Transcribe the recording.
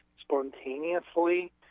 spontaneously